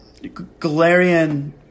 Galarian